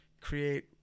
create